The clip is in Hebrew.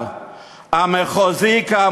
עוד דקה על הנדיבות.